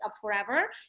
forever